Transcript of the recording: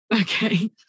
Okay